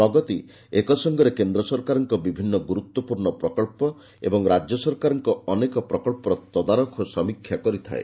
ପ୍ରଗତି ଏକସାଙ୍ଗରେ କେନ୍ଦ୍ର ସରକାରଙ୍କ ବିଭିନ୍ନ ଗୁର୍ତ୍ୱପୂର୍ଣ ପ୍ରକଳ୍ପ ଓ ରାଜ୍ୟ ସରକାରଙ୍କର ଅନେକ ପ୍ରକଳ୍ପର ତଦାରଖ ଓ ସମୀକ୍ଷା କରିଥାଏ